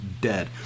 Dead